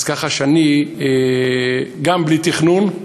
אז כך שאני גם בלי תכנון,